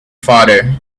farther